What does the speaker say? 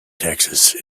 texas